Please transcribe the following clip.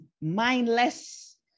mindless